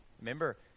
Remember